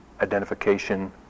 identification